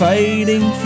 Fighting